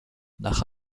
nach